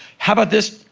how about this?